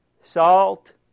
salt